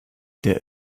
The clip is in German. der